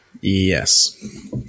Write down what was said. Yes